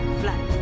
flat